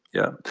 yeah.